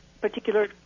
particular